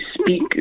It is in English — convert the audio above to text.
speak